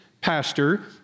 pastor